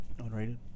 Unrated